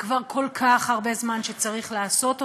וכבר הרבה זמן צריך לעשות אותם.